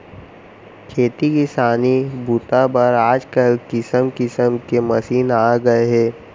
खेती किसानी बूता बर आजकाल किसम किसम के मसीन आ गए हे